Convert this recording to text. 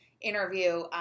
interview